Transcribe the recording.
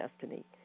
destiny